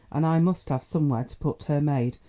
and i must have somewhere to put her maid,